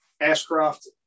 Ashcroft